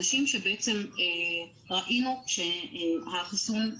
אנשים שראינו שהחיסון,